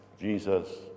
Jesus